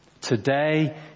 today